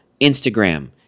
Instagram